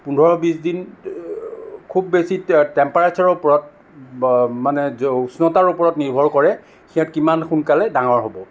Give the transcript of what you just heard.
পোন্ধৰ বিশ দিন খুব বেছি টেম্পেৰেচ্যাৰৰ ওপৰত মানে উষ্ণতাৰ ওপৰত নিৰ্ভৰ কৰে সিহঁত কিমান সোনকালে ডাঙৰ হ'ব